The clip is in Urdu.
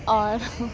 اور